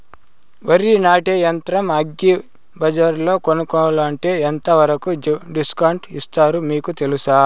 వరి నాటే యంత్రం అగ్రి బజార్లో కొనుక్కోవాలంటే ఎంతవరకు డిస్కౌంట్ ఇస్తారు మీకు తెలుసా?